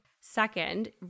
Second